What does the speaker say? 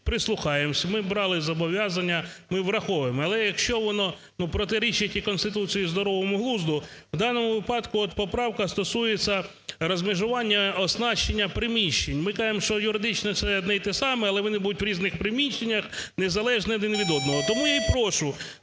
прислухаємося. Ми брали зобов'язання. Ми враховуємо. Але, якщо воно протирічить Конституції і здоровому глузду... В даному випадку поправка стосується розмежування оснащення приміщень. Ми кажемо, що юридично це одне і те саме, але вони будуть в різних приміщеннях, незалежно один від одного. Тому я і прошу